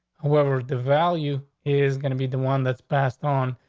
whoever the value is gonna be the one that's passed on.